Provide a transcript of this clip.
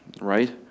right